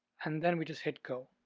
and then we just hit go,